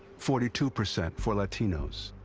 forty two percent for latinos.